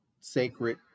sacred